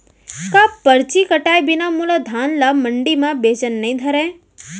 का परची कटाय बिना मोला धान ल मंडी म बेचन नई धरय?